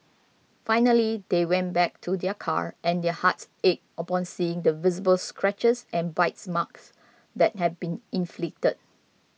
finally they went back to their car and their hearts ached upon seeing the visible scratches and bite marks that had been inflicted